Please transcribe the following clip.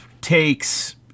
takes